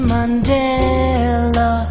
Mandela